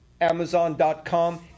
Amazon.com